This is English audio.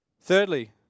thirdly